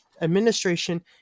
Administration